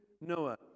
Noah